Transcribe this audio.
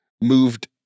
moved